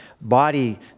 body